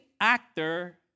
actor